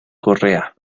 correa